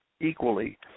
equally